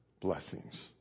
blessings